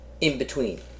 in-between